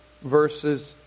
Verses